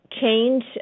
change